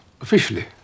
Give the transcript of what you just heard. Officially